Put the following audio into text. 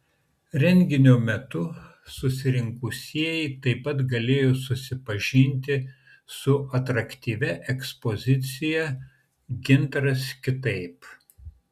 renginio metu susirinkusieji taip pat galės susipažinti su atraktyvia ekspozicija gintaras kitaip